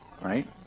right